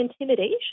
intimidation